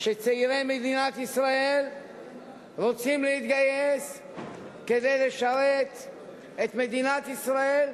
שצעירי מדינת ישראל רוצים להתגייס כדי לשרת את מדינת ישראל,